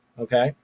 okay.